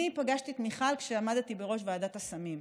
אני פגשתי את מיכל כשעמדתי בראש ועדת הסמים.